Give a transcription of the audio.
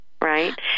right